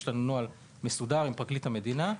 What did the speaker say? יש לנו נוהל מסודר עם פרקליט המדינה.